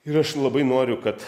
ir aš labai noriu kad